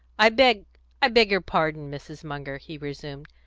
i beg i beg your pardon, mrs. munger, he resumed.